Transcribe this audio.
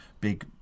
big